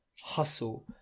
hustle